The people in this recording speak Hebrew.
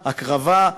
הקרבה,